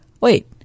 wait